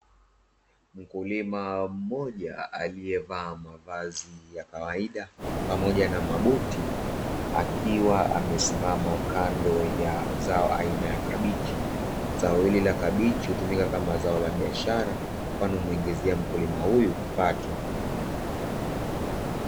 Mkulima mmoja aliyevaa mavazi ya kawaida pamoja na mabuti, akiwa amesimama kando ya zao aina ya kabichi. Zao hili la kabichi hutumika kama zao la biashara, kwani humuingizia mkulima huyu kipato.